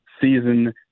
season